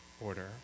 order